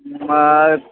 मग